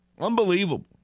Unbelievable